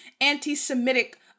anti-Semitic